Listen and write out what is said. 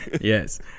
Yes